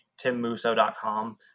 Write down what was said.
timmuso.com